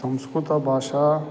संस्कृतभाषा